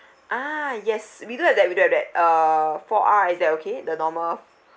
ah yes we do have that we do have that uh four R is that okay the normal